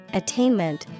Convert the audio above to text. attainment